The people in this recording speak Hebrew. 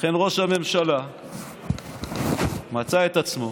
ואכן ראש הממשלה מצא את עצמו